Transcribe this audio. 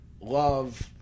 love